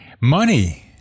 Money